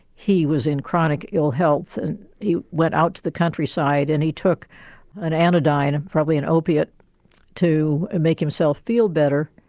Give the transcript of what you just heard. he was in chronic ill health and he went out to the countryside and he took an anodyne and probably an opiate to make himself feel better.